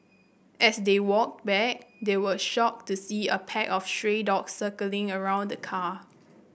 as they walked back they were shocked to see a pack of stray dogs circling around the car